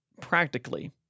practically